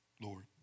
Lord